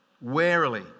warily